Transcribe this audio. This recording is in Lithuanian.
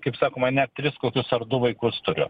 kaip sakoma net tris kokius ar du vaikus turiu